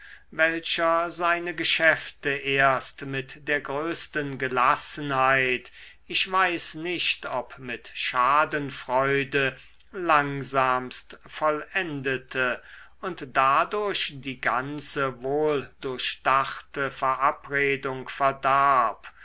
welcher seine geschäfte erst mit der größten gelassenheit ich weiß nicht ob mit schadenfreude langsamst vollendete und dadurch die ganze wohldurchdachte verabredung verdarb